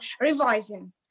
revising